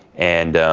and